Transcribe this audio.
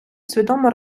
свідомо